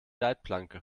leitplanke